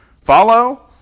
follow